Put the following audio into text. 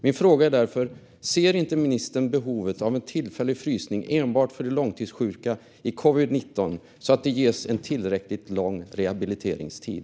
Min fråga är därför: Ser inte ministern behovet av en tillfällig frysning enbart för långtidssjuka i covid-19 så att det ges en tillräckligt lång rehabiliteringstid?